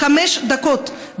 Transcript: חמש דקות,